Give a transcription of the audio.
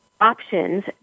options